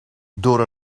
door